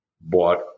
bought